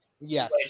yes